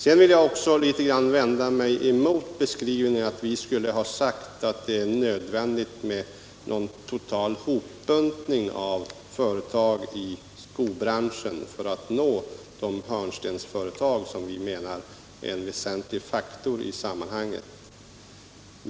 Jag vill litet grand vända mig emot den beskrivningen att vi skulle ha sagt att det är nödvändigt med någon total hopbuntning av företag i skobranschen för att åstadkomma de hörnstensföretag som vi menar är en väsentlig faktor i sammanhanget.